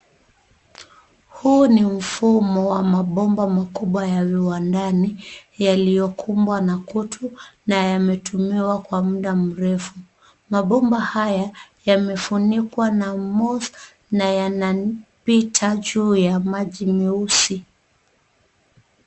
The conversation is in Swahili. Huu ni mfumo wa mabomba makubwa ya viwandani yaliyokumbwa na kutu na yametumiwa kwa muda mrefu. Mabomba haya yamefunikwa na moss na yanapita juu ya maji meusi.